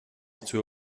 zur